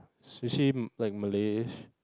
is she like Malay